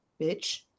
bitch